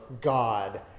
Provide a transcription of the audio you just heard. God